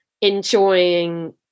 enjoying